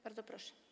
Bardzo proszę.